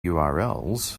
urls